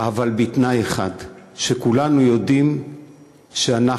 אבל בתנאי אחד: שכולנו יודעים שאנחנו